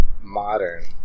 modern